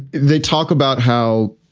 they talk about how,